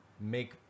make